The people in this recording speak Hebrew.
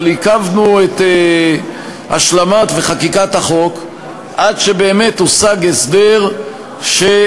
אבל עיכבנו את ההשלמה ואת החקיקה של החוק עד שבאמת הושג הסדר שנתן